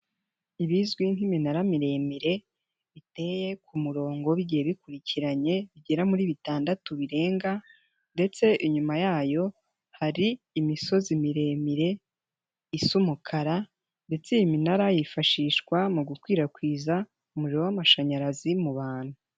Ibizwi nk'iminara miremire, biteye ku murongo bigiye bikurikiranye, bigera muri bitandatu birenga ndetse inyuma yayo hari imisozi miremire, isa umukara ndetse iyi minara yifashishwa mu gukwirakwiza umuriro w'amashanyarazi mu bantu.